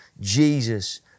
Jesus